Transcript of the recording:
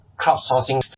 crowdsourcing